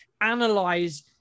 analyze